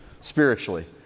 spiritually